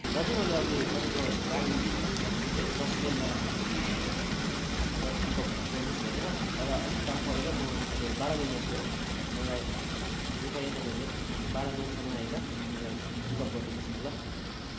दाजु मैले अघि तपाईँको गाडी भनेको थिएँ दश माइलमा भनेको थिएँ पिकअप गर्नुहोस् भनेर तर अलिक काम परेर म अहिले बाह्र माइलमा छु है मलाई कृपया तपाईँले बाह्र माइलसम्म आएर मलाई पिकअप गरिदिनुहोस् न ल